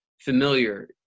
familiar